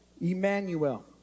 Emmanuel